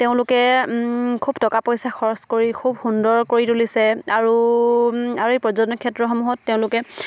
তেওঁলোকে খুব টকা পইচা খৰচ কৰি খুব সুন্দৰ কৰি তুলিছে আৰু আৰু এই পৰ্যটন ক্ষেত্ৰসমূহত তেওঁলোকে